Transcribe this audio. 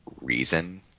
reason